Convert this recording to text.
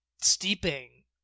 steeping